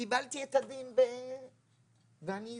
קיבלתי את הדין ואני זקופה,